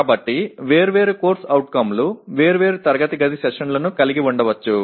కాబట్టి వేర్వేరు CO లు వేర్వేరు తరగతి గది సెషన్లను కలిగి ఉండవచ్చు